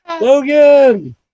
Logan